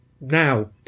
now